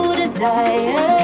desire